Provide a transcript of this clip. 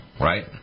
right